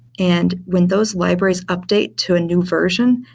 and when those libraries update to a new version,